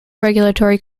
regulatory